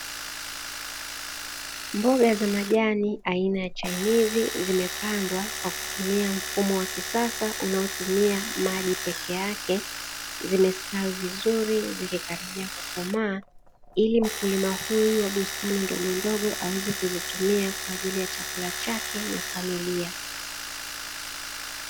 Mboga za majani aina ya chainizi zimepandwa kwa kutumia mfumo wa kisasa, unaotumia maji peke yake. Zimestawi vizuri zikikaribia kukomaa, ili mkulima huyu wa bustani ndogondogo, aweze kuzitumia kwa ajili ya chakula chake na familia.